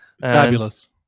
fabulous